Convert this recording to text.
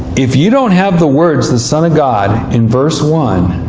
if you don't have the words the son of god in verse one,